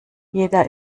jeder